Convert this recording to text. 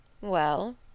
Well